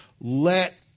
Let